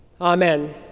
Amen